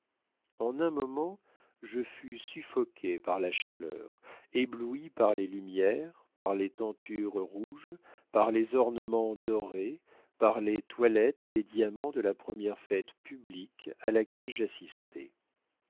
en un moment je fus suffoqué par la chaleur ébloui par les lumières par les tentures rouges par les ornements dorés par les toilettes et les diamants de la première fête publique à laquelle j'assistais